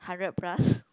hundred plus